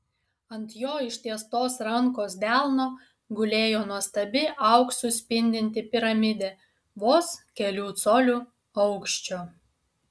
ant jo ištiestos rankos delno gulėjo nuostabi auksu spindinti piramidė vos kelių colių aukščio